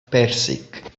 pèrsic